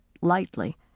lightly